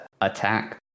attack